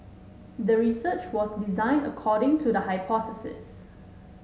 the research was designed according to the hypothesis